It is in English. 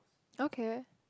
okay